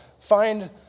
find